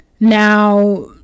Now